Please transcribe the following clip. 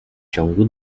ciągu